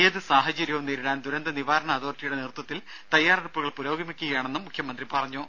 ഏതു സാഹചര്യവും നേരിടാൻ ദുരന്ത നിവാരണ അതോറിറ്റിയുടെ നേതൃത്വത്തിൽ തയ്യാറെടുപ്പുകൾ പുരോഗമിക്കുകയാണെന്നും മുഖ്യമന്ത്രി പറഞ്ഞു